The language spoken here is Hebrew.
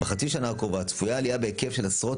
בחצי השנה הקרובה צפויה עלייה בהיקף של עשרות